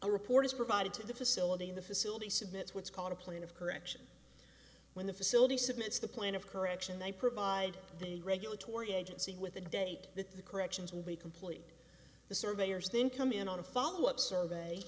a report is provided to the facility in the facility submit what's called a plan of correction when the facility submits the plan of correction they provide the regulatory agency with a date that the corrections will be completed the surveyors then come in on a follow up survey